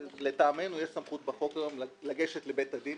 לטעמנו יש סמכות בחוק היום לגשת לבית הדין,